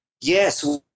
Yes